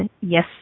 Yes